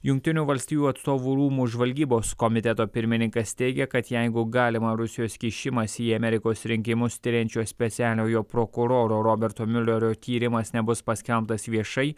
jungtinių valstijų atstovų rūmų žvalgybos komiteto pirmininkas teigia kad jeigu galimą rusijos kišimąsi į amerikos rinkimus tiriančio specialiojo prokuroro roberto miulerio tyrimas nebus paskelbtas viešai